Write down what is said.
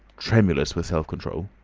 tremulous with self-control.